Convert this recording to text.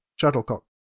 shuttlecock